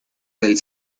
del